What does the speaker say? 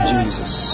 Jesus